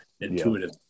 intuitive